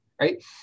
right